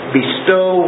bestow